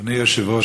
אדוני היושב-ראש,